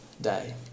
day